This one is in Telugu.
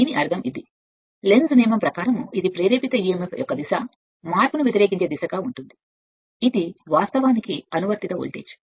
దీనిని తగ్గించవచ్చు లెంజ్ యొక్క చట్టం ఇది ప్రేరేపిత emf యొక్క దిశను మార్పును వ్యతిరేకించడం వంటిది ఇది వాస్తవానికి అనువర్తిత వోల్టేజ్